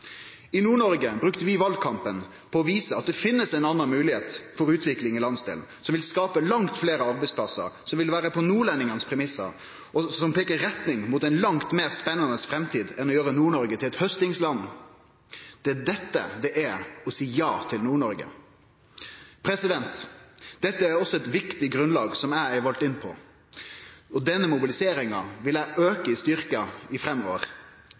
I Nord-Noreg brukte vi valkampen på å vise at det finst ei anna moglegheit for utvikling i landsdelen, som vil skape langt fleire arbeidsplassar, som vil vere på nordlendingane sine premissar, og som peiker i retning av ein langt meir spennande framtid enn å gjøre Nord-Noreg til eit haustingsland. Det er dette som er å si ja til Nord-Noreg. Dette er også eit viktig grunnlag som eg er valt inn på. Denne mobiliseringa vil eg auke i styrke framover, spesielt i